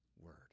word